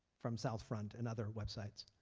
from south front and other websites.